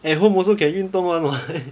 at home also can 运动 [one] [what]